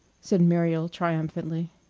said muriel triumphantly.